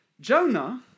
Jonah